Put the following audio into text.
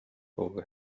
over